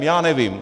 Já nevím.